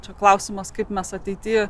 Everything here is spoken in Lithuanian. čia klausimas kaip mes ateityj